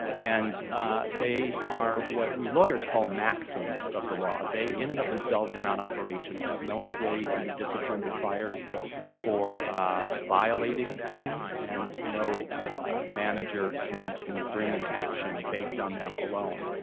and they are what we lawyers call maxims of the law. they, in and of themselves, are not operational. no employee can be disciplined or fired for violating them and no manager can can bring an action based on them alone.